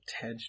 TED